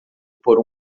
por